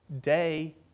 day